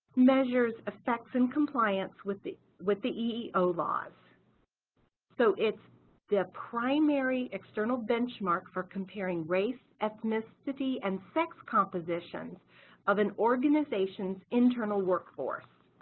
measures effects and compliance with the with the eeo laws so it's the primary external benchmark for comparing race, ethnicity and sex compositions compositions of an organization's internal workforce